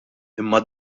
imma